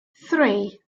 three